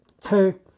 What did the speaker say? two